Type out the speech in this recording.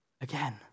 again